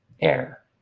air